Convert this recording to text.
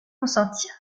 consentir